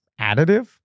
Additive